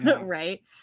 right